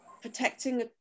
protecting